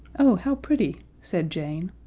oh, how pretty, said jane.